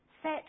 Set